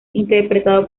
interpretado